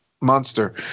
monster